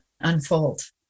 unfold